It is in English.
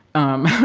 um,